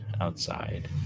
outside